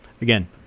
again